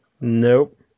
Nope